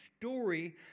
story